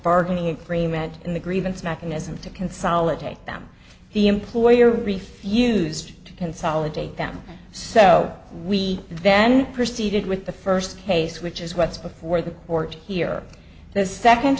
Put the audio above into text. bargaining agreement in the grievance mechanism to consolidate them the employer refused to consolidate them so we then proceeded with the first case which is what's before the court here the second